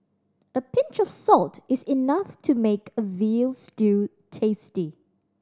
a pinch of salt is enough to make a veal stew tasty